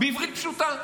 בעברית פשוטה,